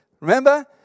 Remember